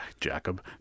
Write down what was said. Jacob